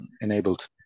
enabled